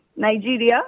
Nigeria